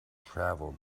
traveled